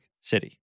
City